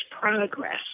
progress